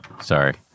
Sorry